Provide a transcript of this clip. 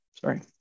Sorry